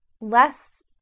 less